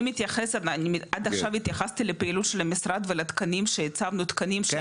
אני מתייחסת ועד עכשיו התייחסתי לפעילות של המשרד ולתקנים שהצבנו תקנים.